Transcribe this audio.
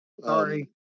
Sorry